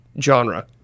genre